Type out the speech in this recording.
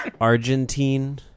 Argentine